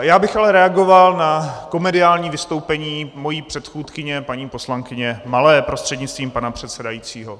Já bych ale reagoval na komediální vystoupení své předchůdkyně paní poslankyně Malé prostřednictvím pana předsedajícího.